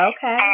Okay